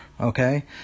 Okay